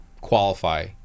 qualify